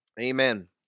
amen